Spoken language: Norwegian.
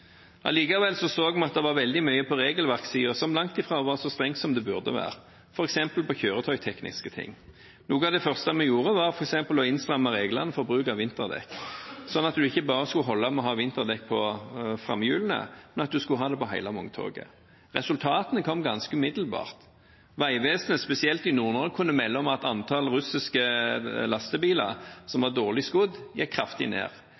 Allikevel så vi at det var veldig mye på regelverksiden som langt ifra var så strengt som det burde være, f.eks. på kjøretøytekniske ting. Noe av det første vi gjorde, var f.eks. å stramme inn reglene for bruk av vinterdekk, sånn at det ikke bare skulle holde å ha vinterdekk på framhjulene, men at man skulle ha det på hele vogntoget. Resultatene kom ganske umiddelbart. Vegvesenet, spesielt i Nord-Norge, kunne melde om at antallet russiske lastebiler som var dårlig skodd, gikk kraftig ned